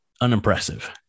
unimpressive